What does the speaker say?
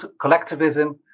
collectivism